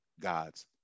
God's